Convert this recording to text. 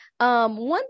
One